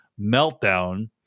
meltdown